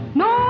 no